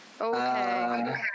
Okay